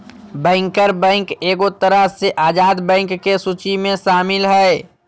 banker bank एगो तरह से आजाद बैंक के सूची मे शामिल हय